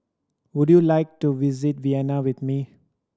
would you like to visit Vienna with me